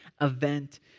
event